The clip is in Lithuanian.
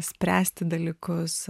spręsti dalykus